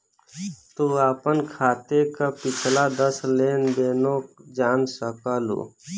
तू आपन खाते क पिछला दस लेन देनो जान सकलू